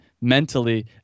mentally